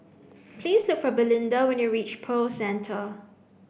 please look for Belinda when you reach Pearl Centre